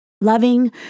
loving